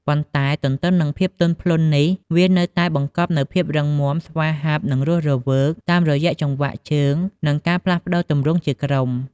ប៉ុន្តែទន្ទឹមនឹងភាពទន់ភ្លន់នេះ វានៅតែបង្កប់នូវភាពរឹងមាំ ស្វាហាប់ និងរស់រវើក តាមរយៈចង្វាក់ជើង និងការផ្លាស់ប្តូរទម្រង់ជាក្រុម។